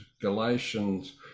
galatians